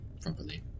properly